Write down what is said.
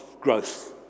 growth